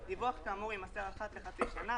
דיווח כאמור יימסר אחת לחצי שנה,